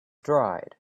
dried